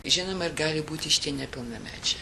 žinoma ir gali būti šitie nepilnamečiai